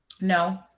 No